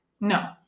No